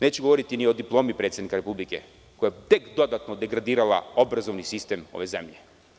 Neću govoriti ni o diplomi predsednika Republike koja je tek dodatno degradirala obrazovni sistem ove zemlje.